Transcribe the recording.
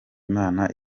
imana